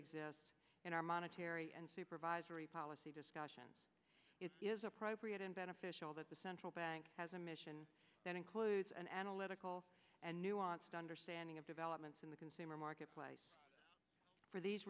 exists in our monetary and supervisory policy discussion it is appropriate and beneficial that the central bank has a mission that includes an analytical and nuanced understanding of developments in the consumer marketplace for these